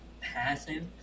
passive